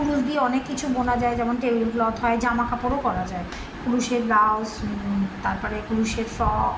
কুরুষ দিয়ে অনেক কিছু বোনা যায় যেমন টেবিল ক্লথ হয় জামাকাপড়ও করা যায় কুরুষের ব্লাউজ তারপরে কুরুষের ফ্রক